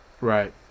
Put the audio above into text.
right